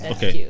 Okay